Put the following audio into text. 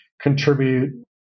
contribute